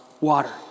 water